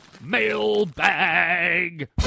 mailbag